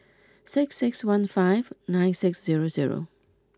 six six one five nine six zero zero